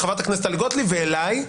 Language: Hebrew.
ולחברת הכנסת טלי גוטליב ואלי,